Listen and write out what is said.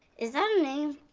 is that a name?